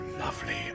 lovely